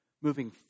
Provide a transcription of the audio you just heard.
moving